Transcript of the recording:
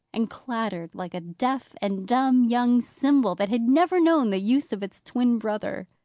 and clattered like a deaf and dumb young cymbal that had never known the use of its twin brother.